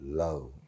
love